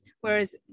whereas